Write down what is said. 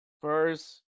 First